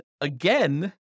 again